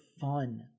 fun